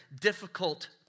difficult